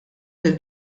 lil